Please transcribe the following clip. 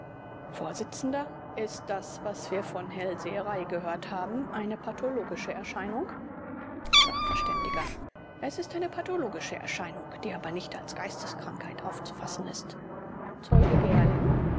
vors ist das was wir von hellseherei gehört haben eine pathologische erscheinung sachv es ist eine pathologische erscheinung die aber nicht als geisteskrankheit aufzufassen ist zeuge gerling